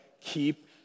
Keep